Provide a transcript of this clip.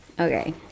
Okay